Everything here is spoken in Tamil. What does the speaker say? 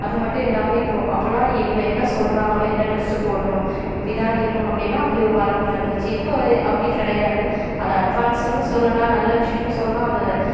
அதுமட்டும் இல்லாமல் இப்போது அப்பல்லாம் எங்களை என்ன சொல்கிறாங்களோ என்ன டிரெஸ்ஸு போடணும் இப்படி தான் இருக்கணும் அப்படின்னா அப்படி ஒரு வரன்முறை இருந்துச்சு இப்போது அப்படி கிடையாது அதை அட்வான்ஸ்னு சொல்லலாம் நல்ல விஷயம்னு சொல்லலாம் அதை